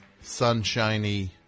sunshiny